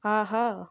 ஆஹா